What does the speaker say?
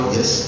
Yes